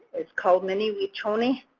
it's called mini wiconi